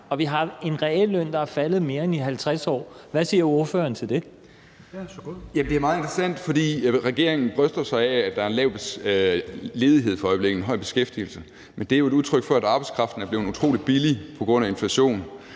(Rasmus Helveg Petersen): Værsgo. Kl. 16:03 Ole Birk Olesen (LA): Det er meget interessant, for regeringen bryster sig af, at der er en lav ledighed for øjeblikket, en høj beskæftigelse, men det er jo et udtryk for, at arbejdskraften er blevet utrolig billig på grund af inflation.